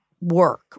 work